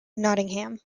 nottingham